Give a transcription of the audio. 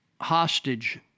hostage